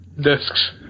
discs